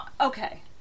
okay